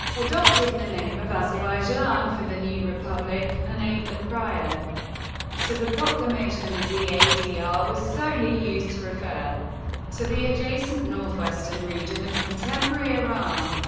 adopting the name of azerbaijan for the new republic a name that prior to the proclamation of the adr yeah ah was solely used to refer to the adjacent northwestern region of contemporary iran.